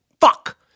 fuck